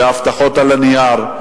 והבטחות על הנייר,